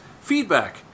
Feedback